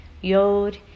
Yod